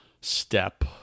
step